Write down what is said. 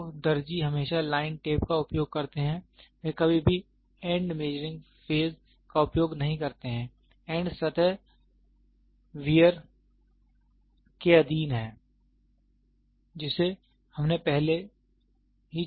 तो दर्जी हमेशा लाइन टेप का उपयोग करते हैं वह कभी भी एंड मेजरिंग फेस का उपयोग नहीं करते हैं एंड सतह वियर के अधीन हैं जिसे हमने पहले ही चर्चा की है